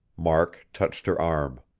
mark touched her arm.